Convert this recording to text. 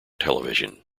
television